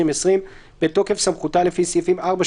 התשפ"א-2020 בתוקף סמכותה לפי סעיפים 6,4,